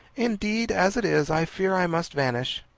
indeed, as it is, i fear i must vanish.